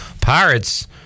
Pirates